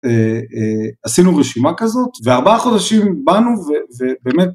עשינו רשימה כזאת, וארבעה חודשים באנו, ובאמת...